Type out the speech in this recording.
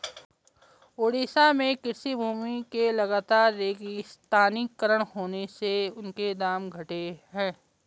ओडिशा में कृषि भूमि के लगातर रेगिस्तानीकरण होने से उनके दाम घटे हैं